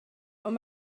ond